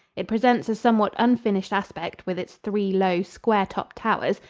it presents a somewhat unfinished aspect with its three low, square-topped towers,